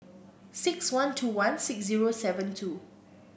six one two one six zero seven two